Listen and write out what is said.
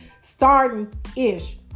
starting-ish